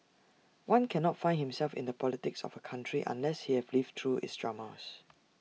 one cannot find himself in the politics of A country unless he has lived through its dramas